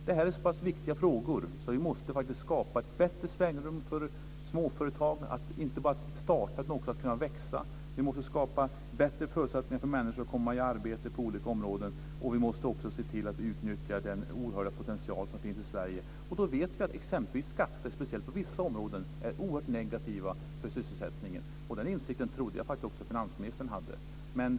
Det här är så pass viktiga frågor att vi måste skapa ett bättre spelrum för småföretag inte bara för att starta utan också för att kunna växa, skapa bättre förutsättningar för att människor kommer i arbete på olika områden. Vi måste också se till att utnyttja den oerhört stora potential som finns i Sverige. Då vet vi att exempelvis skatter på vissa områden är oerhört negativa för sysselsättningen. Den insikten trodde jag faktiskt att finansministern hade.